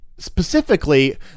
Specifically